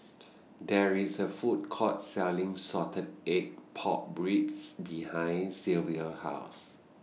There IS A Food Court Selling Salted Egg Pork Ribs behind Sylvia's House